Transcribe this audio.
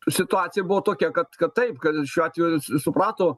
situacija buvo tokia kad kad taip kad šiuo atveju suprato